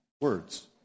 words